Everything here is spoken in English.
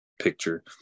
picture